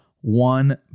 one